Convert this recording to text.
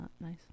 nice